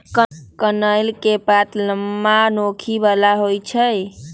कनइल के पात लम्मा, नोखी बला होइ छइ